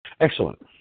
Excellent